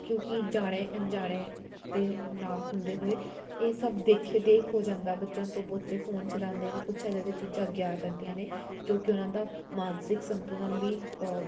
ਕਿਉਂਕਿ ਜਾਣੇ ਅਣਜਾਣੇ ਤੇ ਨਾ ਹੁੰਦੇ ਹੋਏ ਇਹ ਸਭ ਦੇਖੇੇ ਦੇਖ ਹੋ ਜਾਂਦਾ ਬੱਚਿਆਂ ਤੋਂ ਬੱਚੇ ਫੋਨ ਚਲਾਉਂਦੇ ਨੇ ਕੁਛ ਇੱਦਾਂ ਦੇ ਚੀਜ਼ਾਂ ਅੱਗੇ ਆ ਜਾਂਦੀਆਂ ਨੇ ਜੋ ਕਿ ਉਹਨਾਂ ਦਾ ਮਾਨਸਿਕ ਸੰਤੁਲਨ ਵੀ